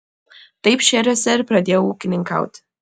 taip šėriuose ir pradėjau ūkininkauti